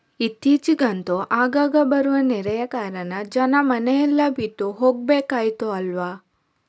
ಇತ್ತೀಚಿಗಂತೂ ಆಗಾಗ ಬರುವ ನೆರೆಯ ಕಾರಣ ಜನ ಮನೆ ಎಲ್ಲ ಬಿಟ್ಟು ಹೋಗ್ಬೇಕಾಯ್ತು ಅಲ್ವಾ